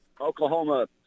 Oklahoma